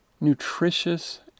nutritious